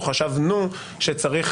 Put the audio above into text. או שחשבנו -- חשבת.